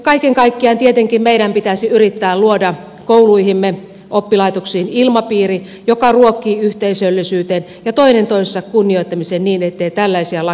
kaiken kaikkiaan tietenkin meidän pitäisi yrittää luoda kouluihimme oppilaitoksiin ilmapiiri joka ruokkii yhteisöllisyyttä ja toinen toisensa kunnioittamista niin ettei tällaisia lakeja edes tarvittaisi